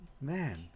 man